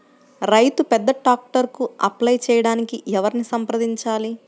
రైతు పెద్ద ట్రాక్టర్కు అప్లై చేయడానికి ఎవరిని సంప్రదించాలి?